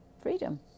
freedom